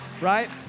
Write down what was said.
Right